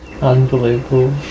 Unbelievable